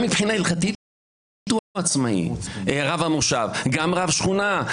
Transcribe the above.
גם מבחינה הלכתית הוא עצמאי, גם רב שכונה.